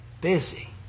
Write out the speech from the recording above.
busy